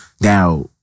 Now